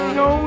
no